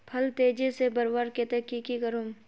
फल तेजी से बढ़वार केते की की करूम?